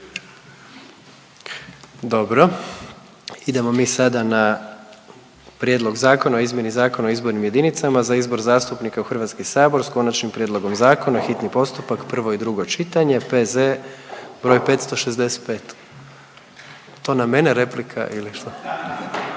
na redu je glasovanje Prijedlog zakona o izmjeni Zakona o izbornim jedinicama za izbor zastupnika u HS s Konačnim prijedlogom Zakona, hitni je postupak, prvo i drugo čitanje P.Z. br. 565, naglašavam da